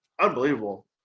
unbelievable